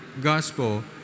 gospel